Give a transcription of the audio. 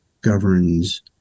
governs